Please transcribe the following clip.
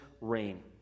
rain